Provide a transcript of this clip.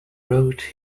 wrote